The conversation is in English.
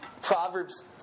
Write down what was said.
Proverbs